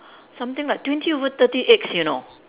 something like twenty over thirty eggs you know